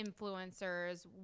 influencers